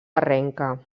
arrenca